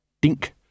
Dink